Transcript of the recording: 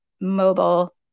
mobile